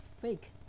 fake